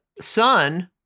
son